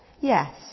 Yes